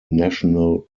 national